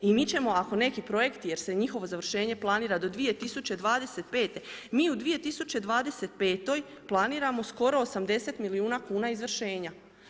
I mi ćemo ako neki projekti jer se završenje planira do 2025., mi u 2025. planiramo skoro 80 milijuna kuna izvršenja.